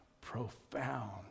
profound